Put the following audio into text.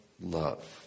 love